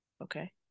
Okay